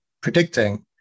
predicting